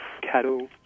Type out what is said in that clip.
cattle